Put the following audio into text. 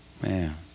man